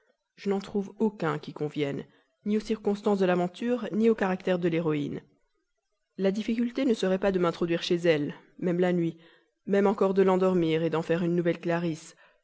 je n'en trouve aucun qui convienne ni aux circonstances de l'aventure ni au caractère de l'héroïne le difficile ne serait pas de m'introduire chez elle même la nuit même encore de l'endormir d'en faire une nouvelle